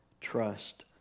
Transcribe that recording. trust